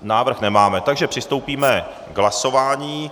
Návrh nemáme, takže přistoupíme k hlasování.